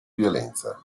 violenza